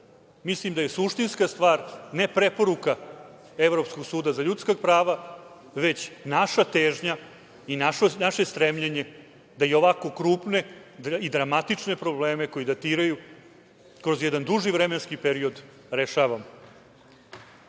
državi. Mislim da je suštinska stvar, ne preporuka Evropskog suda za ljudska prava, već naša težnja i naše stremljenje da i ovako krupne i dramatične probleme koji datiraju kroz jedan duži vremenski period rešavamo. Duboko